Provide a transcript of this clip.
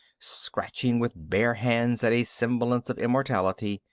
snatching with bare hands at a semblance of immortality.